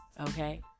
okay